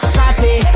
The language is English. party